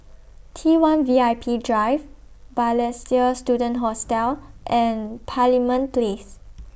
T one V I P Drive Balestier Student Hostel and Parliament